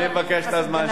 אני זוכר,